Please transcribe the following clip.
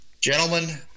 gentlemen